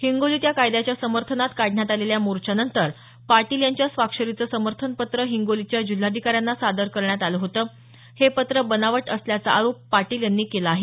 हिंगोलीत या कायद्याच्या समर्थनात काढण्यात आलेल्या मोर्चानंतर पाटील यांच्या स्वाक्षरीचं समर्थन पत्र हिंगोलीच्या जिल्हाधिकाऱ्यांना सादर करण्यात आलं होतं हे पत्र बनावट असल्याचा आरोप पाटील यांनी केला आहे